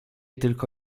tylko